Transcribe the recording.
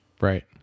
right